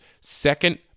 second